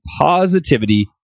positivity